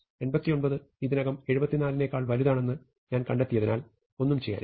89 ഇതിനകം 74 നെക്കാൾ വലുതാണെന്ന് ഞാൻ കണ്ടെത്തിയതിനാൽ ഒന്നും ചെയ്യാനില്ല